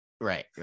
Right